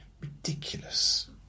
ridiculous